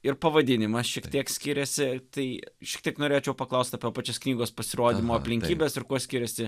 ir pavadinimas šiek tiek skiriasi tai šiek tiek norėčiau paklaust apie pačias knygos pasirodymo aplinkybes ir kuo skiriasi